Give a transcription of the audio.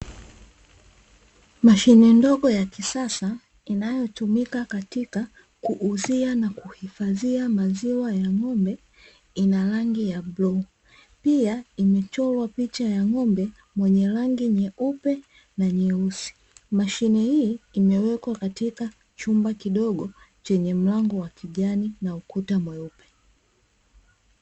Mashine ndogo ya kisasa, inayotumika katika kuuzia na kuhifadhia maziwa ya ng'ombe ina rangi ya bluu, pia imechorwa picha ya ng'ombe mwenye rangi nyeupe na nyeusi. Mashine hii imewekewa kwenye chumba kidogo chenye mlango wa kijani na ukuta mweupe.